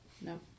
No